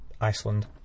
Iceland